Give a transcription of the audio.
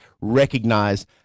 recognize